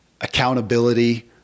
accountability